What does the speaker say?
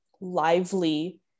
lively